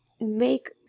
make